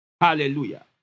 Hallelujah